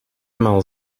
maal